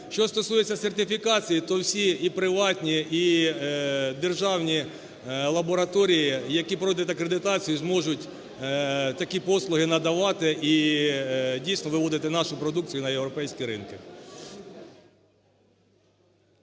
Що стосується сертифікації, то всі – і приватні, і державні лабораторії, які пройдуть акредитацію, зможуть такі послуги надавати і дійсно виводити нашу продукцію на європейські ринки.